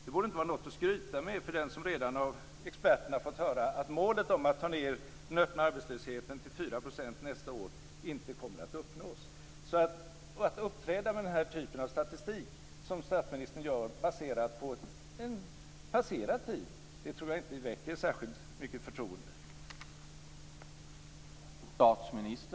Det borde inte vara något att skryta med för den som av experterna har fått höra att målet att få ned den öppna arbetslösheten till 4 % nästa år inte kommer att uppnås. Att, som statsministern gör, uppträda med den här typen av statistik baserad på en passerad tid tror jag inte väcker särskilt mycket förtroende.